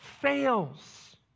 fails